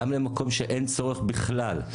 גם למקום שאין צורך בכלל.